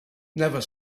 never